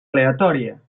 aleatòria